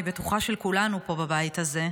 של כולנו פה בבית הזה,